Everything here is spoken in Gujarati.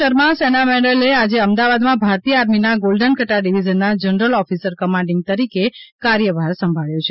શર્મા સેના મેડલએ આજે અમદાવાદમાં ભારતીય આર્મીના ગોલ્ડન કટાર ડિવિઝનના જનરલ ઓફિસર કમાન્ડિંગ તરીકે કાર્યભાર સંભાળ્યો છે